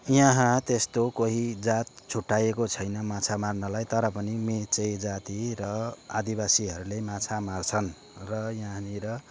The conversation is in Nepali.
यहाँ त्यस्तो कोही जात छुट्टाइएको छैन माछा मार्नलाई तर पनि मेचे जाति र आदिवासीहरूले माछा मार्छन् र यहाँनिर